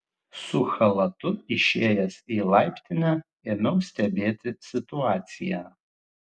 su chalatu išėjęs į laiptinę ėmiau stebėti situaciją